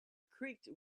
creaked